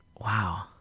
Wow